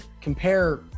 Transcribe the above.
compare